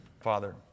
Father